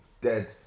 dead